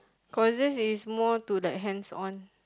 consist is more to like hands on